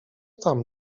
tam